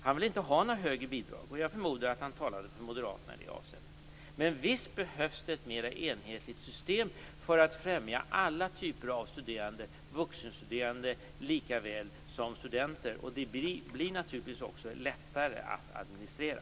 Han vill inte ha högre bidrag. Jag förmodar att han talade för Moderaterna i det avseendet. Men visst behövs det ett mer enhetligt system för att främja alla typer av studerande, vuxenstuderande lika väl som studenter. Det blir naturligtvis också lättare att administrera.